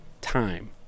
time